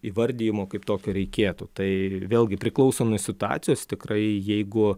įvardijimo kaip tokio reikėtų tai vėlgi priklauso nuo situacijos tikrai jeigu